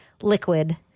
liquid